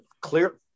clear